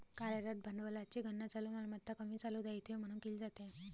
कार्यरत भांडवलाची गणना चालू मालमत्ता कमी चालू दायित्वे म्हणून केली जाते